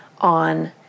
on